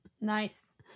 Nice